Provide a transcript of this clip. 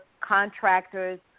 contractors